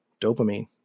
dopamine